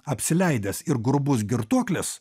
apsileidęs ir grubus girtuoklis